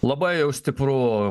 labai jau stipru